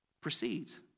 proceeds